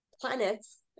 planets